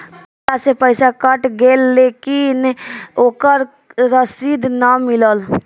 खाता से पइसा कट गेलऽ लेकिन ओकर रशिद न मिलल?